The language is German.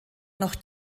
noch